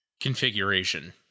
configuration